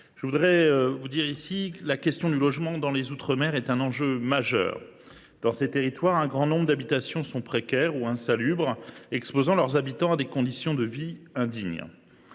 de La Réunion. La question du logement dans les outre mer est un enjeu majeur. Dans ces territoires, un grand nombre d’habitations sont précaires ou insalubres, exposant leurs habitants à des conditions de vie indignes.